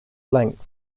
length